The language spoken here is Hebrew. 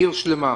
עיר שלמה.